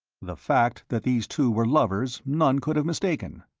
the fact that these two were lovers none could have mistaken.